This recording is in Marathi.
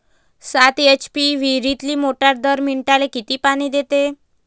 सात एच.पी ची विहिरीतली मोटार दर मिनटाले किती पानी देते?